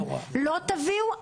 לא תביאו?